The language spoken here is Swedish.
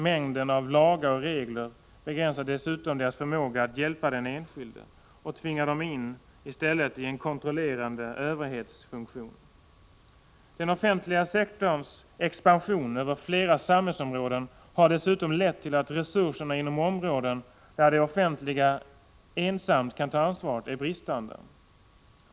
Mängden av lagar och regler begränsar dessutom deras förmåga att hjälpa den enskilde och tvingar dem i stället in i en kontrollerande överhetsfunktion. Den offentliga sektorns expansion över flera samhällsområden har dessutom lett till att resurserna inom de områden där det offentliga ensamt kan ta ansvaret är bristande.